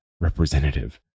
representative